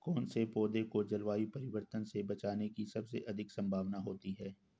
कौन से पौधे को जलवायु परिवर्तन से बचने की सबसे अधिक संभावना होती है?